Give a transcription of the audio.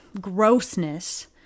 grossness